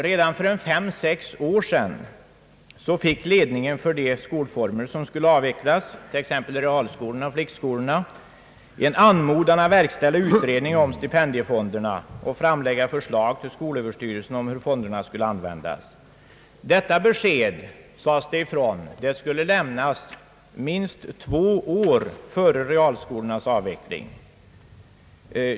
Redan för fem—sex år sedan fick ledningen för de skolformer som skulle avvecklas — t.ex. realskolorna och flickskolorna — en anmodan att verkställa utredning om stipendiefonderna och framlägga förslag till skolöverstyrelsen om hur fonderna skulle användas. Detta besked skulle lämnas, sades det ifrån, minst två år före realskolans avveckling.